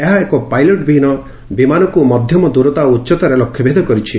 ଏହା ଏକ ପାଇଲଟ୍ ବିହୀନ ବିମାନକୁ ମଧ୍ଧମ ଦୂରତା ଓ ଉଚ୍ଚତାରେ ଲକ୍ଷ୍ୟଭେଦ କରିଛି